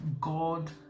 God